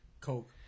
Coke